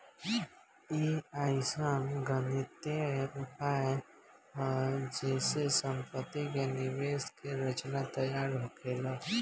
ई अइसन गणितीय उपाय हा जे से सम्पति के निवेश के रचना तैयार होखेला